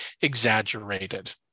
exaggerated